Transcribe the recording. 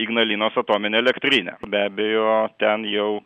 ignalinos atominė elektrinė be abejo ten jau